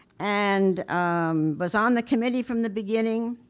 and was on the committee from the beginning,